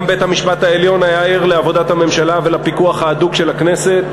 גם בית-המשפט העליון היה ער לעבודת הממשלה ולפיקוח ההדוק של הכנסת,